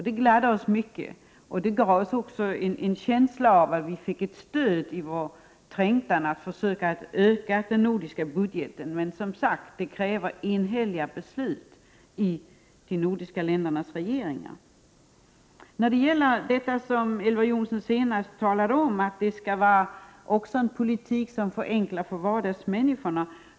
Det gladde oss mycket och gav oss en känsla av att vi fick ett stöd för vår trängtan att försöka öka den nordiska budgeten. Men det krävs som sagt enhälliga beslut i de nordiska ländernas regeringar. Elver Jonsson sade att det också skall vara en politik som förenklar situationen för vardagsmänniskorna.